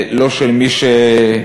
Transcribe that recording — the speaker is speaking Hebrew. לא של מי שמתנכל,